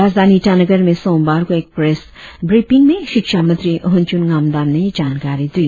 राजधानी ईटानगर में सोमवार को एक प्रेस ब्रीफिंग में शिक्षा मंत्री होनचुन ङानदाम ने यह जानकारी दी